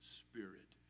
spirit